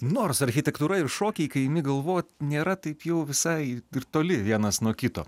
nors architektūra ir šokiai kai imi galvot nėra taip jau visai ir toli vienas nuo kito